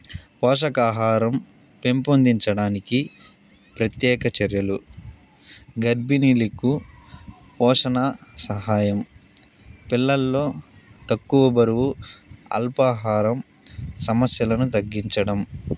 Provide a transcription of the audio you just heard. పోషకాహారం పెంపొందించడానికి ప్రత్యేక చర్యలు గర్భిణీలకు పోషణ సహాయం పిల్లల్లో తక్కువ బరువు అల్పాహారం సమస్యలను తగ్గించడం